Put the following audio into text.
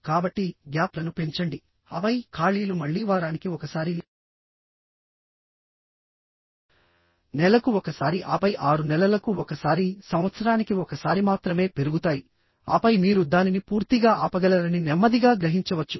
కాబట్టి గ్యాప్లను పెంచండి ఆపై ఖాళీలు మళ్లీ వారానికి ఒకసారి నెలకు ఒకసారి ఆపై 6 నెలలకు ఒకసారి సంవత్సరానికి ఒకసారి మాత్రమే పెరుగుతాయి ఆపై మీరు దానిని పూర్తిగా ఆపగలరని నెమ్మదిగా గ్రహించవచ్చు